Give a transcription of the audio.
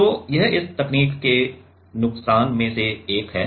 तो यह इस तकनीक के नुकसान में से एक है